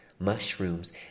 Mushrooms